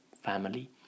family